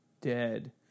dead